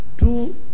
Two